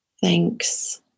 thanks